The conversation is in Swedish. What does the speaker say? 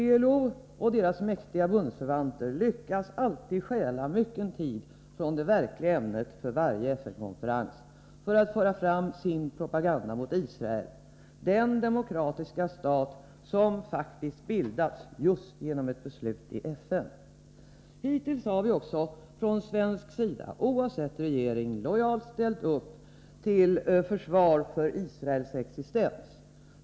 PLO och dess mäktiga bundsförvanter lyckas alltid stjäla mycken tid från det huvudsakliga ämnet för en FN-konferens för att föra fram sin propaganda mot Israel, den demokratiska stat som faktiskt bildats just genom ett beslut i FN. Hittills har vi från svensk sida, oavsett regering, lojalt ställt upp till försvar för Israels existens.